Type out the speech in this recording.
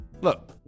Look